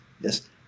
Yes